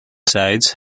sides